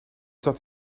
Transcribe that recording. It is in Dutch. dat